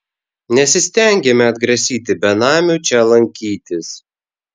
nesistengiame atgrasyti benamių čia lankytis